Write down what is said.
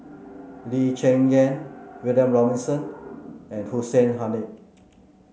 Lee Cheng Yan William Robinson and Hussein Haniff